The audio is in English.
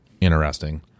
interesting